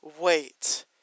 wait